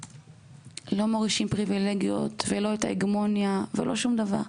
לא מורישים פריבילגיות ולא את ההגמוניה ולא שום דבר,